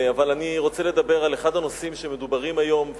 אבל אני רוצה לדבר על אחד הנושאים שמדוברים היום,